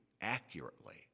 accurately